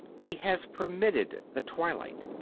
he has permitted the twilight.